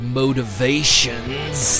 motivations